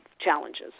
challenges